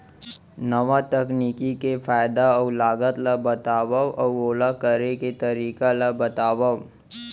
नवा तकनीक के फायदा अऊ लागत ला बतावव अऊ ओला करे के तरीका ला बतावव?